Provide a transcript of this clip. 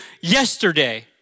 yesterday